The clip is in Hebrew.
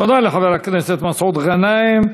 תודה לחבר הכנסת מסעוד גנאים.